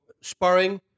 sparring